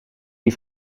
die